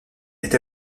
est